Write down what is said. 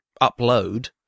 upload